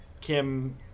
Kim